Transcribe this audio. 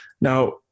Now